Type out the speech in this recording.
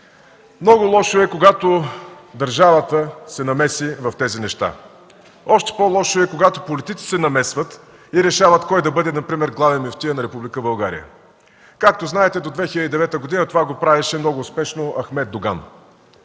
Много лошо е, когато държавата се намеси в тези неща. Още по-лошо е, когато политици се намесват и решават кой да бъде например главен мюфтия на Република България. Както знаете, до 2009 г. това го правеше много успешно Ахмед Доган.